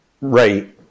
Right